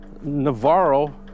Navarro